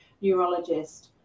neurologist